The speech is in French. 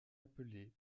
appelée